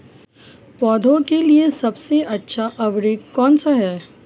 पौधों के लिए सबसे अच्छा उर्वरक कौनसा हैं?